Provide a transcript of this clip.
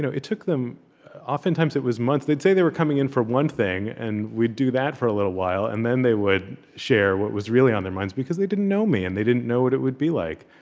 it took them oftentimes, it was months. they'd say they were coming in for one thing, and we'd do that for a little while, and then they would share what was really on their minds, because they didn't know me, and they didn't know what it would be like.